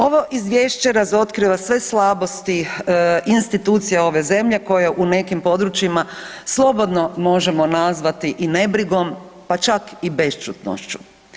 Ovo izvješće razotkriva sve slabosti institucija ove zemlje koje u nekim područjima slobodno možemo nazvati i nebrigom pa čak i bešćutnošću.